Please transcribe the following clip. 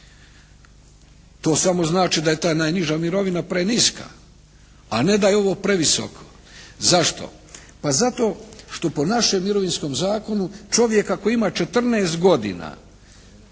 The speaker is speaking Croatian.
To samo znači da je ta najniža mirovina preniska a ne da je ovo previsoko. Zašto? Pa zato što po našem mirovinskom zakonu čovjek ako ima četrnaest